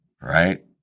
right